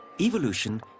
Evolution